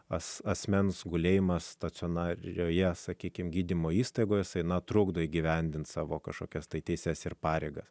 as asmens gulėjimas stacionarioje sakykim gydymo įstaigoje jisai netrukdo įgyvendinti savo kažkokias tai teises ir pareigas